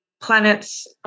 planets